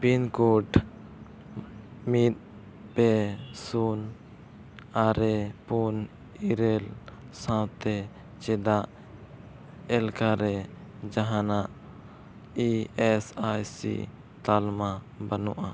pin code ᱢᱤᱫ ᱯᱮ ᱥᱩᱱ ᱟᱨᱮ ᱯᱩᱱ ᱤᱨᱟᱹᱞ ᱥᱟᱶᱛᱮ ᱪᱮᱫᱟᱜ ᱮᱞᱠᱟ ᱨᱮ ᱡᱟᱦᱟᱱᱟᱜ ᱤ ᱮᱹᱥ ᱟᱭ ᱥᱤ ᱛᱟᱞᱢᱟ ᱵᱟᱹᱱᱩᱜᱼᱟ